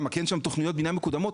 כי אין שם תכניות בניין מקודמות?